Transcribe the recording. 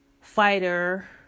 fighter